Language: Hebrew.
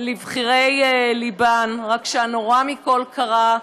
לבחירי ליבן, רק שהנורא מכל קרה,